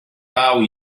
pau